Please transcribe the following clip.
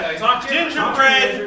gingerbread